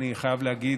אני חייב להגיד.